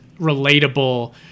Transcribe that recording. relatable